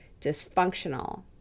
dysfunctional